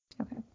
Okay